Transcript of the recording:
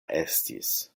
estis